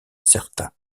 certa